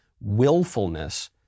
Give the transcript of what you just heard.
willfulness